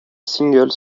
singles